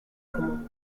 común